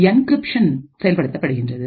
இங்கு என்கிரிப்ஷன் செயல்படுத்தப்படுகின்றது